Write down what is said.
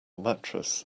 mattress